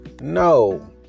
no